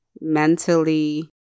Mentally